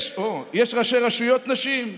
אין.